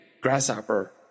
grasshopper